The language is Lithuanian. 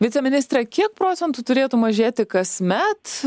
viceministre kiek procentų turėtų mažėti kasmet